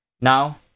Now